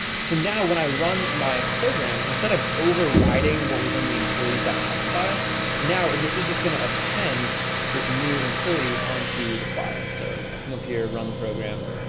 so now when i run my program instead of overriding what was in the employees text file now? this is just gonna append this new employee onto the file. so i'll come up here run the program